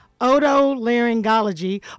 otolaryngology